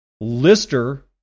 Lister